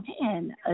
man